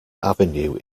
avenue